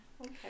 Okay